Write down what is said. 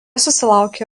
susilaukė